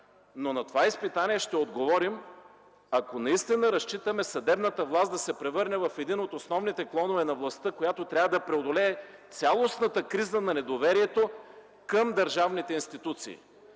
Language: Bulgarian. На това изпитание обаче ще отговорим, ако наистина разчитаме съдебната власт да се превърне в един от основните клонове на властта, която трябва да преодолее цялостната криза на недоверието към държавните институции.